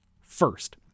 First